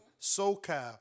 SoCal